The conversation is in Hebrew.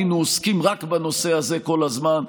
היינו עוסקים רק בנושא הזה כל הזמן.